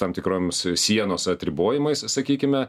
tam tikroms sienos atribojimais sakykime